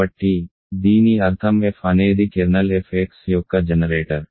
కాబట్టి దీని అర్థం f అనేది కెర్నల్ f x యొక్క జనరేటర్